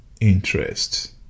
interest